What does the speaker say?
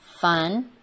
fun